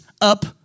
up